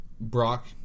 Brock